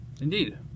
Indeed